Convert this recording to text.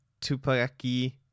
Tupaki